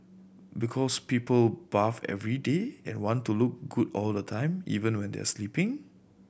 because people bath every day and want to look good all the time even when they are sleeping